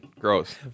gross